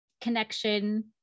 connection